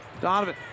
Donovan